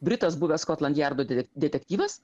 britas buvęs skotlandjerdo detektyvas